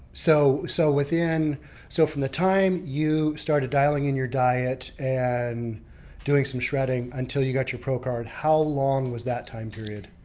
so so so from the time you started dialing in your diet and doing some shredding until you got your pro card. how long was that time period?